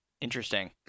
Interesting